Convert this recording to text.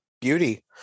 Beauty